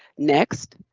next,